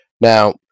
Now